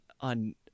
on